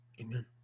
amen